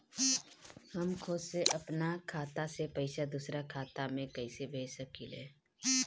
हम खुद से अपना खाता से पइसा दूसरा खाता में कइसे भेज सकी ले?